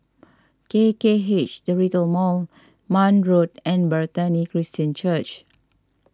K K H the Retail Mall Marne Road and Bethany Christian Church